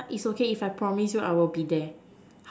it's okay if I promise you I will be there